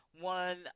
one